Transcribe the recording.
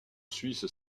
suisse